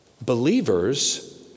Believers